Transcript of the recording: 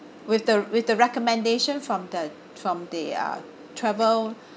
with the with the recommendation from the from the uh travel